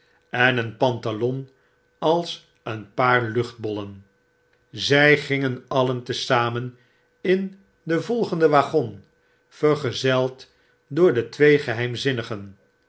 en een pantalon als een paar luchtbollen zg gingen alien te zamen in den volgenden waggon vergezeld door de twee geheimzinnigen